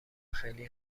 خیلی